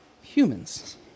humans